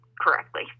correctly